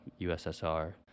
USSR